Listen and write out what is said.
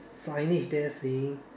signage there saying